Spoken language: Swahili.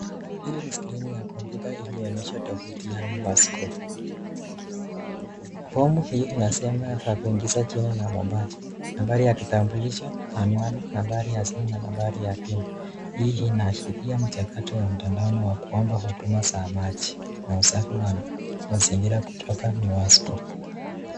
Hili ni skrini ya kompyuta ilionyesha tovuti ya Miwasko. Fomu hii inasema unaingiza jina na nambaji, jina ya kitambulisho , anwani , nambari ya simu na nambari ya pin .Hii inaashiria mchakato wa mtandao na huduma za kuomba maji na usafi wa mazingira kutoka Miwasko.